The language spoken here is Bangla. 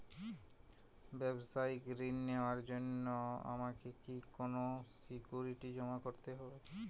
ব্যাবসায়িক ঋণ নেওয়ার জন্য আমাকে কি কোনো সিকিউরিটি জমা করতে হবে?